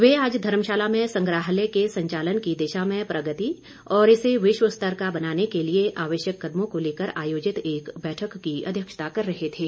वे आज धर्मशाला में संग्रहालय के संचालन की दिशा में प्रगति और इसे विश्व स्तर का बनाने के लिए आवश्यक कदमों को लेकर आयोजित एक बैठक की अध्यक्षता कर रहे थे